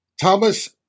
Thomas